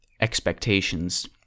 expectations